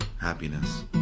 happiness